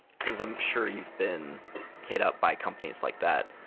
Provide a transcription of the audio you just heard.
cause i'm sure you've been hit up by companies like that.